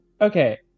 Okay